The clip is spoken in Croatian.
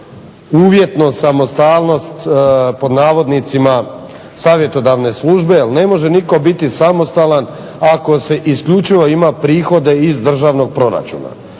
uvjetno samostalnost pod navodnicima Savjetodavne službe. Jer ne može nitko biti samostalan ako isključivo ima prihode iz državnog proračuna.